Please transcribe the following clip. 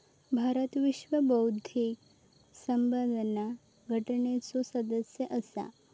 भारत विश्व बौध्दिक संपदा संघटनेचो सदस्य असा